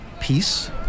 peace